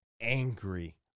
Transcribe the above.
angry